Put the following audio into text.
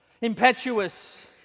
impetuous